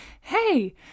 hey